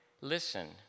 Listen